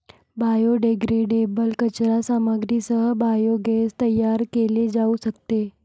biodegradable कचरा सामग्रीसह biogas तयार केले जाऊ शकते